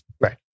Right